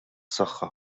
saħħa